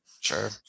sure